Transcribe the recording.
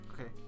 okay